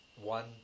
one